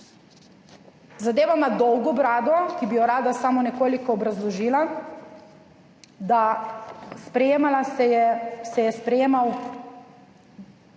Zadeva ima dolgo brado, ki bi jo rada samo nekoliko obrazložila, da se je sprejemal